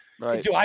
Right